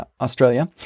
Australia